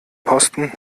posten